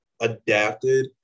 adapted